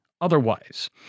otherwise